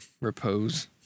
Repose